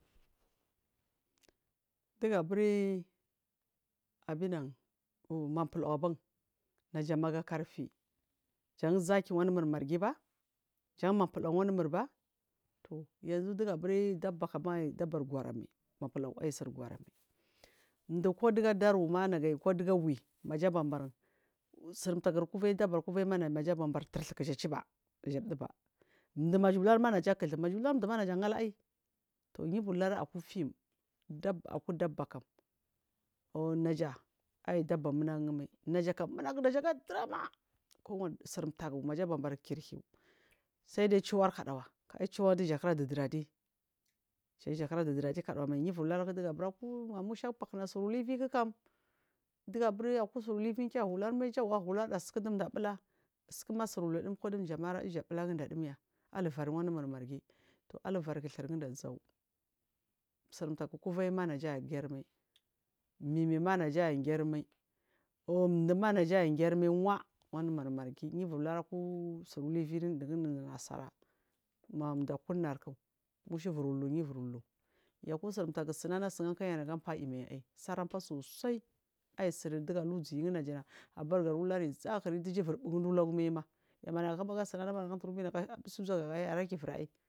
Duga buri abunan manpul uban najama ga karfi jan zaki wanume margiba jan manpul uwa wan dumurba tu yanzu digaburi daba kiban aiy dabar gor amai manfuluwa aiysur goramai ɗukuduga dar wuma duga wiw majaban barin sirtagu kuvaiyi da bba kuvaiyi namaja zan bar tadh kija ciba kija duba dum aji lurma naja kuzunaja lur aku fim dabaku dabbakam ulunaja aiy dabbamun agumai najakam munagu najaga dunama kuwani sir tagu majabar kirhiw saidai cuwar kadawa ka ɗa cuwar dijakira didir adi jan dijakira didir adi kadawamai yi bur hir adi musha fahina sir huvi bikam digabur akur sir huli ke gur hur mai wahur hirda siku dija ɓula kuma surludu kudu jamaira injabulaginda dumya aluvan wadumur margi aluvari u dhurgunda zaw sirtagukuu aiy ma naja gari mai mimima naja germai un duma najagerimai waa wanumur margi yibur hir aku sir lullin unu nasara majakunak musha bur lu yibur lu yaku sir tagu sunana sinkairi dufaa aiyi mai aiy aimai saran feah sosa aiy sin duga lurzu naja ulury zahiri dijabur buu ginda ulagu maima yama naga kubu ga sinana ful ubi uzagu aga hibur aiy.